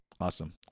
awesome